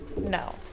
No